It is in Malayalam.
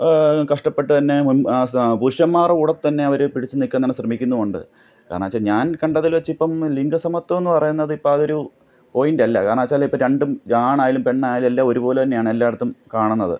കഷ്ടപ്പെട്ടുതന്നെ മുന് പുരുഷന്മാരുടെ കൂടെത്തന്നെ അവർ പിടിച്ചുനിൽക്കാന് തന്നെ ശ്രമിക്കുന്നുമുണ്ട് കാരണമെന്നു വച്ചാൽ ഞാന് കണ്ടതില്വെച്ചിപ്പം ലിംഗസമത്വമെന്നു പറയുന്നത് ഇപ്പം അതൊരു പോയിന്റല്ല കാരണമെന്നുവെച്ചാൽ ഇപ്പം രണ്ടും ആണായാലും പെണ്ണായാലും എല്ലാം ഒരു പോലെത്തന്നെയാണ് എല്ലായിടത്തും കാണുന്നത്